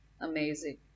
Amazing